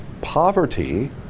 poverty